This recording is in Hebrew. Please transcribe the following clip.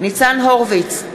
ניצן הורוביץ,